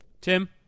Tim